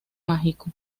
mágico